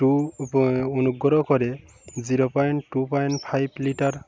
two অনুগ্রহ করে zero point two point five litre